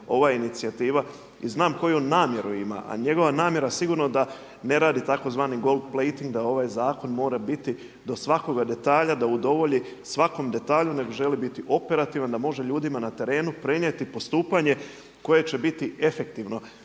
ova inicijativa i znam koju on namjeru ima. A njegova namjera sigurno da ne radi tzv. gold plating da ovaj zakon mora biti do svakog detalja, da udovolji svakom detalju nego želi biti operativan da može ljudima na terenu prenijeti postupanje koje će biti efektivno.